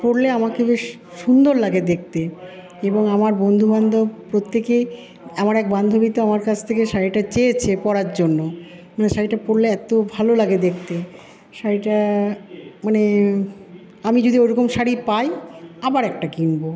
পরলে আমাকে বেশ সুন্দর লাগে দেখতে এবং আমার বন্ধুবান্ধব প্রত্যেকে আমার এক বান্ধবীতো আমার কাছ থেকে শাড়িটা চেয়েছে পরার জন্য শাড়িটা পরলে এত ভালো লাগে দেখতে শাড়িটা মানে আমি যদি ওরকম শাড়ি পাই আবার একটা কিনবো